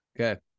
Okay